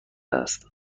است